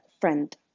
friend